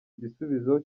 igisubizo